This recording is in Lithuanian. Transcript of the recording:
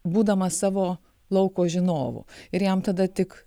būdamas savo lauko žinovu ir jam tada tik